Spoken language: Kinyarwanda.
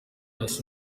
hasi